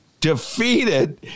defeated